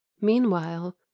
meanwhile